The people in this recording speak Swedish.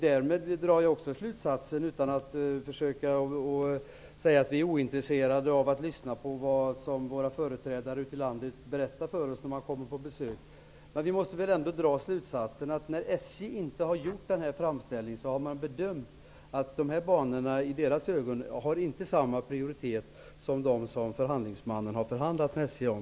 Därför drar jag slutsatsen -- utan att därmed säga att vi är ointresserade av att lyssna på vad våra företrädare ute i landet berättar i samband med besök som vi gör -- att man, eftersom SJ inte har gjort någon framställning här, har gjort bedömningen att de här banorna inte bedömts ha samma prioritet som de banor som förhandlingsmannen förhandlat med SJ om.